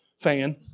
Fan